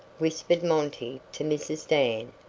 whispered monty to mrs. dan,